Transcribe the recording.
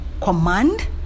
command